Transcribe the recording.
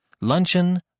Luncheon